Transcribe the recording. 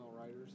writers